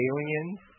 Aliens